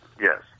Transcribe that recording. Yes